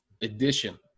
edition